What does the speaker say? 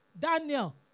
Daniel